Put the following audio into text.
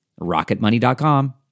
Rocketmoney.com